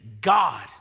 God